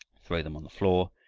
throw them on the floor,